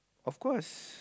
of course